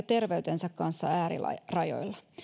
terveytensä kanssa äärirajoilla